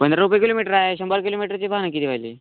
पंधरा रुपये किलोमीटर आहे शंभर किलोमीटरचे पाहाना किती व्हायला